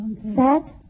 Sad